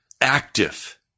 active